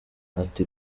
ati